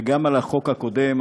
וגם על החוק הקודם,